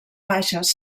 baixes